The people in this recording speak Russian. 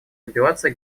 добиваться